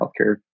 healthcare